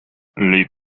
les